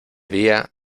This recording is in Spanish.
día